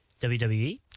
WWE